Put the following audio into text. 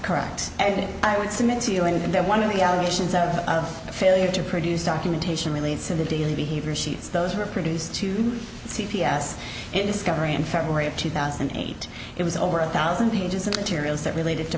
correct and i would submit to you and that one of the allegations of the failure to produce documentation relates to the daily behavior sheets those were produced to c p s in discovery in february of two thousand and eight it was over a thousand pages of material that related to